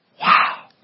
Wow